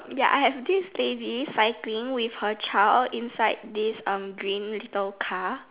ya I have this lady cycling with her child inside this um green little car